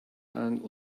aunt